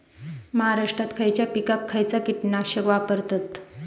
महाराष्ट्रात खयच्या पिकाक खयचा कीटकनाशक वापरतत?